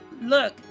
look